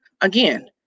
Again